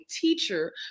teacher